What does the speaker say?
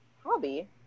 hobby